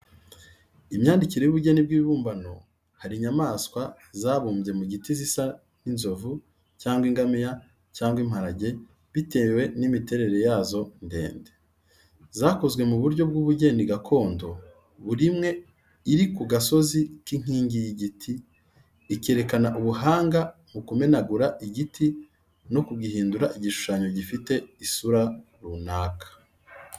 Imyandikire y’ubugeni bw’ibibumbano hari inyamaswa zabumbye mu giti zisa n’inzovu cyangwa ingamiya cyangwa imparage bitewe n'imiterere yazo ndende. Zakozwe mu buryo bw’ubugeni gakondo buri imwe iri ku gasozi k’inkingi y'igiti, ikerekana ubuhanga mu kumenagura igiti no kugihindura igishushanyo gifite isura runaka.